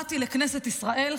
באתי לכנסת ישראל,